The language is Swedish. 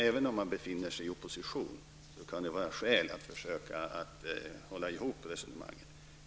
Även om man befinner sig i opposition kan det finnas skäl att försöka hålla ihop resonemangen.